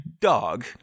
dog